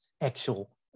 actual